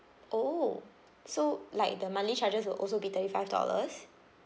oh so like the monthly charges will also be thirty five dollars